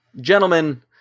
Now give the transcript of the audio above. gentlemen